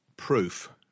proof